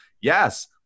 Yes